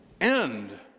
end